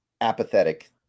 apathetic